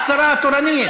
את השרה התורנית.